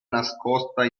nascosta